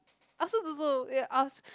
I also don't know yeah I was